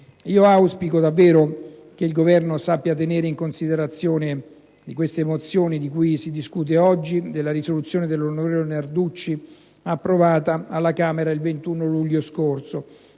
Auspico davvero che il Governo sappia tenere in considerazione le mozioni di cui si discute oggi, nonché la risoluzione dell'onorevole Narducci approvata alla Camera il 21 luglio scorso